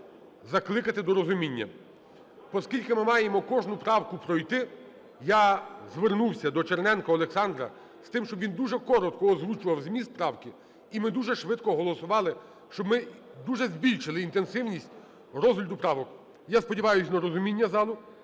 закликати до розуміння. Оскільки ми маємо кожну правку пройти, я звернувся до Черненка Олександра з тим, щоб він дуже коротко озвучував зміст правки і ми дуже швидко голосували. Щоб ми дуже збільшили інтенсивність розгляду правок. Я сподіваюсь на розуміння залу.